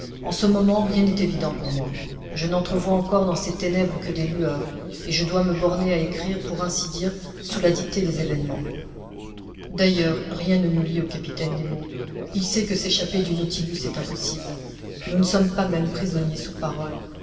en ce moment rien n'est évident pour moi je n'entrevois encore dans ces ténèbres que des lueurs et je dois me borner à écrire pour ainsi dire sous la dictée des événements d'ailleurs rien ne nous lie au capitaine nemo il sait que s'échapper du nautilus est impossible nous ne sommes pas même prisonniers sur parole